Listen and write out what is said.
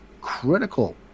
critical